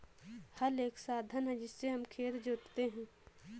हल एक साधन है जिससे हम खेत जोतते है